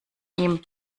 ihm